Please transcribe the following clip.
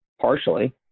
partially